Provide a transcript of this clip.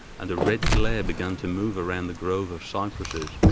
and a red glare began to move round the grove of cypresses,